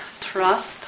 trust